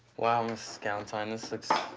wow mrs. galantine, this looks,